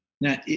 Now